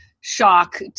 shock